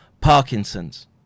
parkinson's